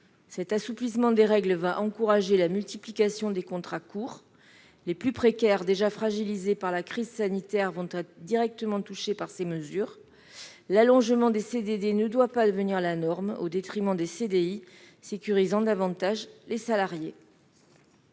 Cet assouplissement des règles va encourager la multiplication des contrats courts. Les plus précaires, déjà fragilisés par la crise sanitaire, vont être directement touchés par ces mesures. L'allongement des CDD ne doit pas devenir la norme, au détriment des CDI, qui sécurisent davantage les salariés.